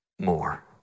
more